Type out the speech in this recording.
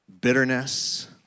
bitterness